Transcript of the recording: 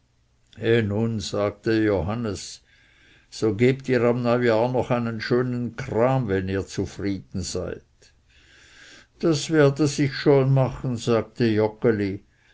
nun sagte johannes so gebt ihr am neujahr noch einen schönen kram wenn ihr zufrieden seid das werde sich schon machen sagte